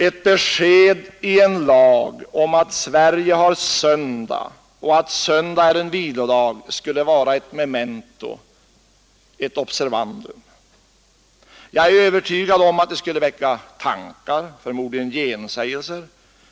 Ett besked i en lag om att Sverige har söndag och att söndag är en vilodag skulle vara ett memento, ett observandum. Jag är övertygad om att det skulle väcka tankar, förmodligen gensägelser.